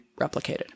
replicated